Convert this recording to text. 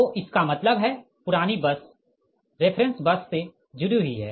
तो इसका मतलब है पुरानी बस रेफ़रेंस बस से जुड़ी हुई है